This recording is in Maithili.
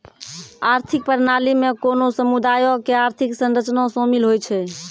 आर्थिक प्रणाली मे कोनो समुदायो के आर्थिक संरचना शामिल होय छै